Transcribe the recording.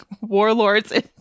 warlords